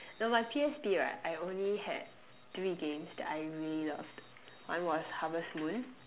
know my P_S_P right I only had three games that I really loved one was harvest moon